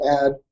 add